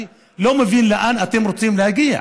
אני לא מבין לאן אתם רוצים להגיע.